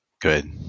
Good